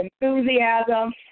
enthusiasm